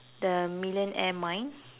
the millionaire mind